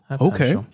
Okay